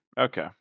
Okay